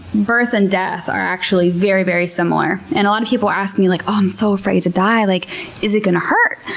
birth and death are actually very, very similar. and a lot of people ask me, like oh, i'm so afraid to die. like is it going to hurt?